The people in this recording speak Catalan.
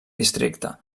districte